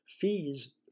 Fees